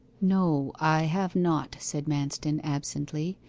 no i have not said manston absently.